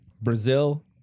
Brazil